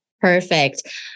Perfect